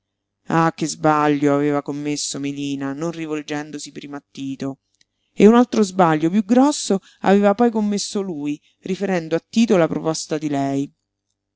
ah che sbaglio aveva commesso melina non rivolgendosi prima a tito e un altro sbaglio piú grosso aveva poi commesso lui riferendo a tito la proposta di lei